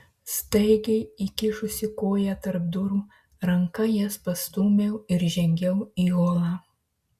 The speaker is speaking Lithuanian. staigiai įkišusi koją tarp durų ranka jas pastūmiau ir žengiau į holą